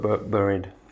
buried